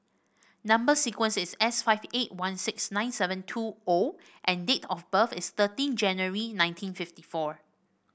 number sequence is S five eight one six nine seven two O and date of birth is thirteen January nineteen fifty four